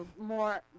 more